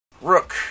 Rook